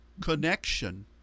connection